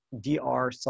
dr